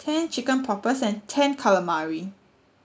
ten chicken poppers and ten calamari